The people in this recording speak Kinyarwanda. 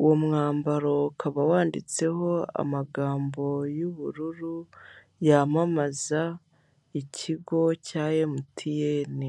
uwo mwambaro ukaba wanditseho amagambo y’ubururu yamamaza ikigo cya MTN.